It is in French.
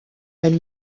elle